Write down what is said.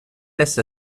lässt